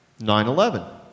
9-11